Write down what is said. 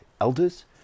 elders